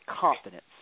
confidence